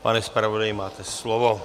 Pane zpravodaji, máte slovo.